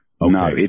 No